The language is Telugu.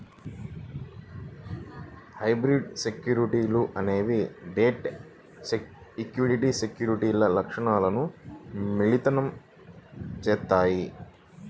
హైబ్రిడ్ సెక్యూరిటీలు అనేవి డెట్, ఈక్విటీ సెక్యూరిటీల లక్షణాలను మిళితం చేత్తాయి